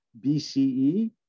BCE